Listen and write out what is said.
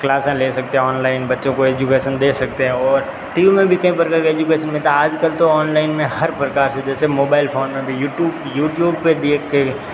class ले सकते हैं ऑनलाइन बच्चों को एजुकेसन दे सकते हैं और टी वी में भी कई प्रकार का एजुकेसन मिलता है आज कल तो ऑनलाइन में हर प्रकार से जैसे मोबाइल फ़ोन में भी यूट्यूब यूट्यूब पर देख के